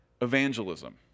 evangelism